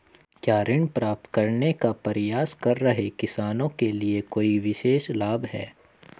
क्या ऋण प्राप्त करने का प्रयास कर रहे किसानों के लिए कोई विशेष लाभ हैं?